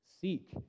Seek